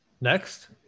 Next